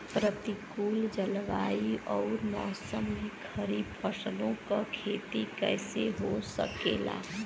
प्रतिकूल जलवायु अउर मौसम में खरीफ फसलों क खेती कइसे हो सकेला?